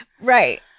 Right